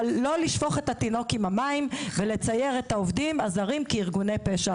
אבל לא לשפוך את התינוק עם המים ולצייר את העובדים הזרים כארגוני פשע,